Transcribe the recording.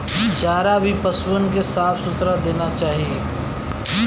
चारा भी पसुअन के साफ सुथरा देना चाही